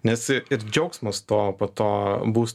nes ir džiaugsmas to po to bus